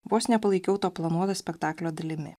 vos nepalaikiau to planuota spektaklio dalimi